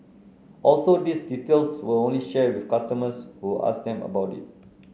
also these details were only shared with customers who asked them about it